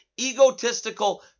egotistical